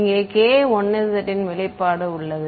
இங்கே k1z ன் வெளிப்பாடு உள்ளது